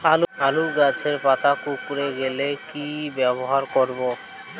আলুর গাছের পাতা কুকরে গেলে কি ব্যবহার করব?